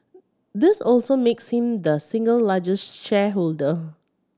this also makes him the single largest shareholder